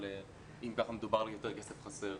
אבל אם כך מדובר על יותר כסף שחסר.